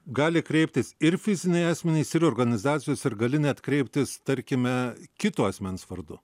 gali kreiptis ir fiziniai asmenys ir organizacijos ir gali net kreiptis tarkime kito asmens vardu